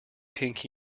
pink